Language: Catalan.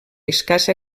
escassa